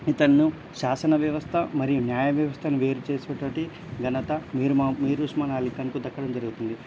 ఇతనిని శాసన వ్యవస్థ మరియు న్యాయ వ్యవస్థను వేరు చేసినటువంటి ఘనత మీర్ మా మీర్ ఉస్మాన్ అలీ ఖాన్కు దక్కడం జరుగుతుంది